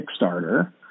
Kickstarter